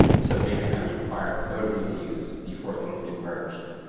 so maybe i require code reviews before things get merged.